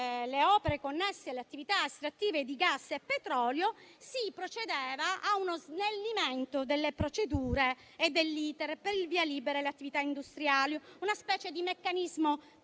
le opere connesse alle attività estrattive di gas e petrolio erano di interesse nazionale, prevedeva uno snellimento delle procedure e dell'*iter* per il via libera alle attività industriali, una specie di meccanismo